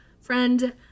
Friend